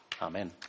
Amen